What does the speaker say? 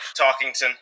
Talkington